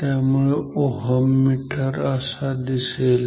त्यामुळे ओहममीटर असा दिसेल